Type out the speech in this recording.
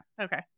Okay